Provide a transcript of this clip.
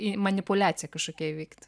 į manipuliaciją kažkokia įvykt